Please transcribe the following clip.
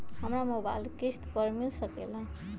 हमरा मोबाइल किस्त पर मिल सकेला?